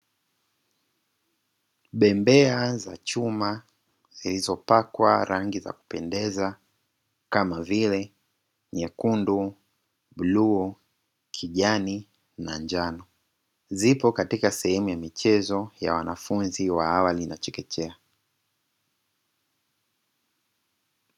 Bembea za chuma zilizopakwa rangi za kupendeza, kama vile: nyekundu, bluu, kijani na njano. Zipo katika sehemu ya michezo ya wanafunzi wa awali na chekechea.